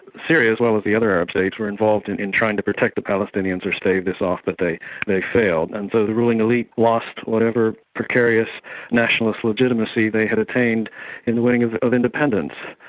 syria, as well as the other arab states, were involved in in trying to protect the palestinians or stave this off, but they they failed. and so the ruling elite lost whatever precarious nationalist legitimacy they had attained in the winning of of independence.